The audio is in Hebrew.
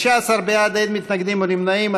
19 בעד, אין מתנגדים או נמנעים.